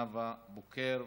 נאוה בוקר,